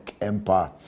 empire